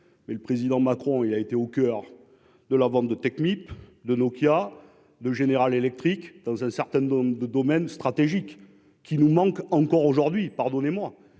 mais le président Macron il a été au coeur de la vente de Technip de Nokia, de General Electric dans un certain nombre de domaines stratégiques qui nous manque encore aujourd'hui, pardonnez-moi